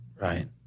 Right